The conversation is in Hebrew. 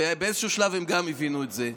באיזשהו שלב הם גם הבינו את זה.